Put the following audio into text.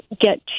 get